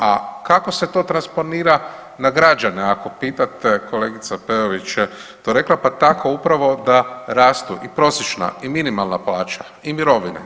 A kako se to transponira na građane ako pitate, kolegica Peović je to rekla, pa tako upravo da rastu i prosječna i minimalna plaća i mirovine.